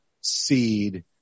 seed